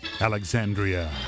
Alexandria